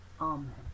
Amen